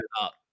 up